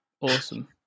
Awesome